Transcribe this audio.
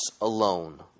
alone